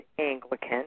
Anglican